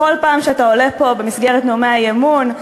בכל פעם שאתה עולה פה במסגרת נאומי האי-אמון,